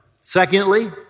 Secondly